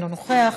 אינו נוכח,